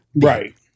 Right